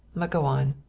but go on.